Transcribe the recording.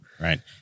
Right